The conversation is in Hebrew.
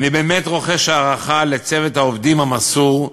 אני באמת רוחש הערכה לצוות העובדים המסור,